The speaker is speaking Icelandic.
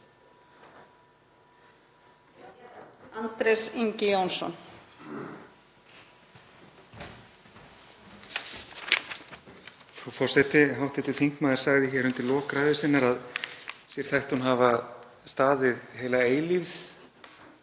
Andrés Ingi Jónsson